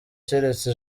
cyeretse